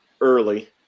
early